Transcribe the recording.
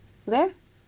where